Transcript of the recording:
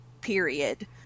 period